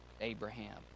Abraham